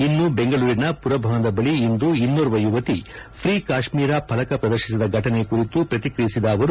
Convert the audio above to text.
ಇನ್ನು ಬೆಂಗಳೂರಿನ ಪುರಭವನದ ಬಳಿ ಇಂದು ಇನ್ನೋರ್ವ ಯುವತಿ ಫ್ರೀ ಕಾಶ್ಮೀರ ಫಲಕ ಪ್ರದರ್ತಿಸಿದ ಫಟನೆ ಕುರಿತು ಪ್ರತಿಕ್ರಿಯಿಸಿದ ಅವರು